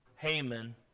Haman